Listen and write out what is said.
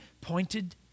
pointed